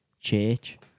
Church